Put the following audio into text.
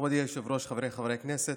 מכובדי היושב-ראש, חבריי חברי הכנסת,